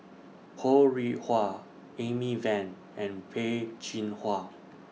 Ho Rih Hwa Amy Van and Peh Chin Hua